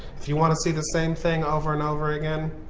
if you want to see the same thing over and over again,